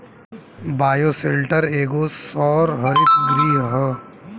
bioshelter एगो सौर हरित गृह ह